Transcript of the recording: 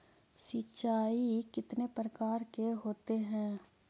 सिंचाई कितने प्रकार के होते हैं?